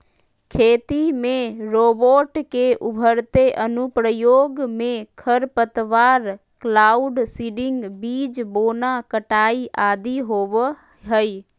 खेती में रोबोट के उभरते अनुप्रयोग मे खरपतवार, क्लाउड सीडिंग, बीज बोना, कटाई आदि होवई हई